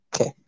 Okay